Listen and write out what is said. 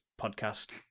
podcast